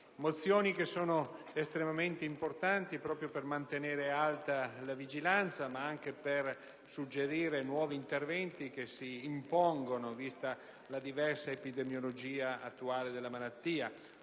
mozioni sono estremamente importanti proprio per mantenere alta la vigilanza ma anche per suggerire nuovi interventi, che si impongono vista la diversa epidemiologia attuale della malattia.